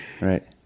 Right